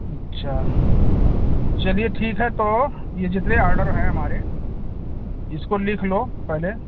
अच्छा चलिए ठीक है तो यह जितने आर्डर हैं हमारे इसको लिख लो पहले